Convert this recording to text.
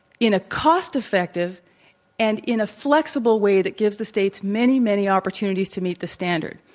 in a cost-effective, and in a flexible way that gives the states many, many opportunities to meet the standard.